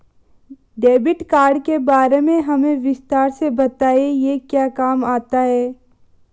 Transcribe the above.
Debit card के बारे में हमें विस्तार से बताएं यह क्या काम आता है?